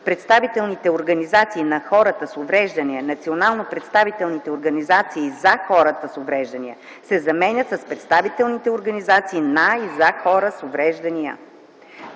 „представителните организации на хората с увреждания, национално представителните организации за хората с увреждания” се заменят с „представителните организации на и за хората с увреждания”;